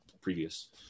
previous